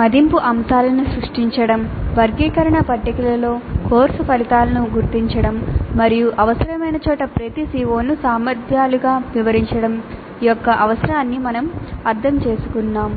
మదింపు అంశాలను సృష్టించడం వర్గీకరణ పట్టికలో కోర్సు ఫలితాలను గుర్తించడం మరియు అవసరమైన చోట ప్రతి CO ని సామర్థ్యాలుగా వివరించడం యొక్క అవసరాన్ని మేము అర్థం చేసుకున్నాము